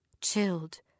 chilled